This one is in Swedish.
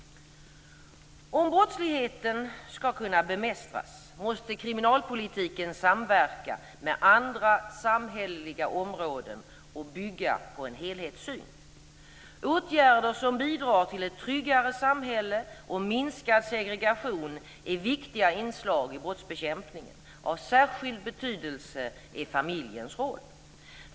Om brottsligheten skall kunna bemästras måste kriminalpolitiken samverka med andra samhälleliga områden och bygga på en helhetssyn. Åtgärder som bidrar till ett tryggare samhälle och minskad segregation är viktiga inslag i brottsbekämpningen. Av särskild betydelse är familjens roll.